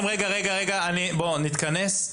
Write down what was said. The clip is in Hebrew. בואו נתכנס.